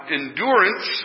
endurance